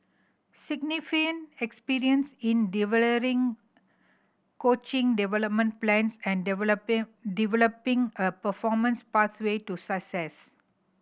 significant experience in delivering coaching development plans and developing a performance pathway to success